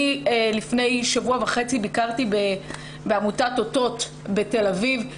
לפני שבוע וחצי ביקרתי בעמותת אותות בתל אביב,